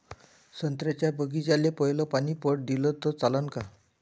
संत्र्याच्या बागीचाले पयलं पानी पट दिलं त चालन का?